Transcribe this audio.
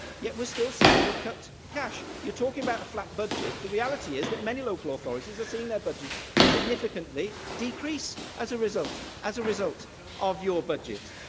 yet we're still seeing you cut cash. you're talking about a flat budget. the reality is that many local authorities are seeing their budgets significantly decrease as a result interruption. as a result of your budget.